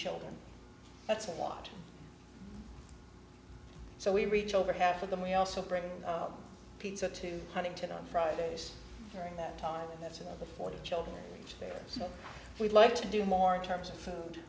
children that's a lot so we reach over half of them we also bring pizza to huntington on fridays during that time that's another forty children there so we'd like to do more in terms of food